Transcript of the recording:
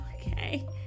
Okay